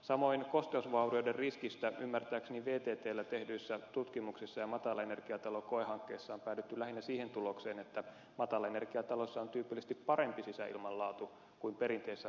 samoin kosteusvaurioiden riskistä ymmärtääkseni vttllä tehdyissä tutkimuksissa ja matalaenergiatalokoehankkeessa on päädytty lähinnä siihen tulokseen että matalaenergiataloissa on tyypillisesti parempi sisäilman laatu kuin perinteisessä rakentamisessa